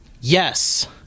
yes